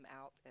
out